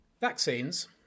Vaccines